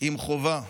עם חזון